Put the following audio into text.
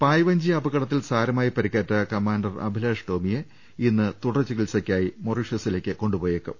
പായ്വഞ്ചി അപകടത്തിൽ സാരമായി പരിക്കേറ്റ കമാന്റർ അഭിലാഷ് ടോമിയെ ഇന്ന് തുടർ ചികിത്സക്കായി മൊറീഷൃസിലേക്ക് കൊണ്ടുപോയേക്കും